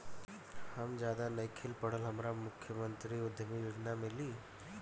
हम ज्यादा नइखिल पढ़ल हमरा मुख्यमंत्री उद्यमी योजना मिली?